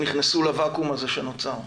נכנסו לוואקום הזה שנוצר,